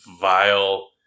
vile